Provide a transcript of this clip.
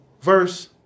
Verse